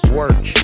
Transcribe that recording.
work